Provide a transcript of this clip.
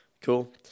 Cool